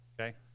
Okay